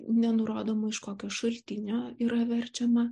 nenurodoma iš kokio šaltinio yra verčiama